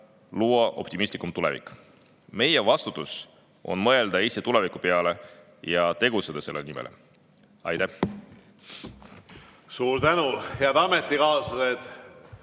luua optimistlikum tulevik. Meie vastutus on mõelda tuleviku peale ja tegutseda selle nimel. Aitäh!